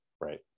Right